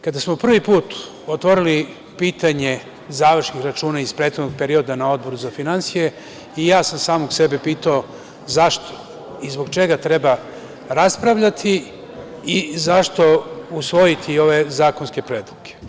Kada smo prvi put otvorili pitanje završnih računa iz prethodnog perioda na Odboru za finansije, i ja sam samog sebe pitao zašto i zbog čega treba raspravljati i zašto usvojiti ove zakonske predloge?